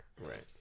Right